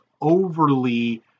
overly